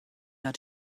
hat